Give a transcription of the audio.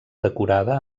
decorada